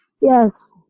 Yes